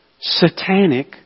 satanic